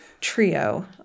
trio